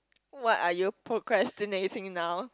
what are you procrastinating now